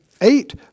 Eight